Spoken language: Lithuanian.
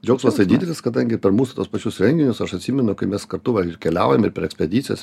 džiaugsmas tai didelis kadangi per mūsų tuos pačius renginius aš atsimenu kaip mes kartu ir keliaujam ir per ekspedicijas